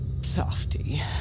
Softy